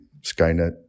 Skynet